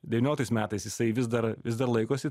devynioliktais metais jisai vis dar vis dar laikosi